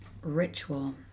ritual